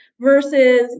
versus